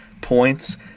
points